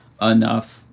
enough